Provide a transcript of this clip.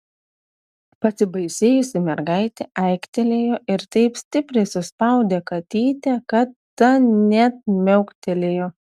pasibaisėjusi mergaitė aiktelėjo ir taip stipriai suspaudė katytę kad ta net miauktelėjo